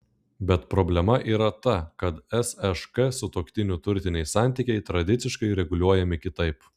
bet problema yra ta kad sšk sutuoktinių turtiniai santykiai tradiciškai reguliuojami kitaip